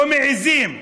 לא מעיזים.